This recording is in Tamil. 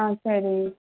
ஆ சரி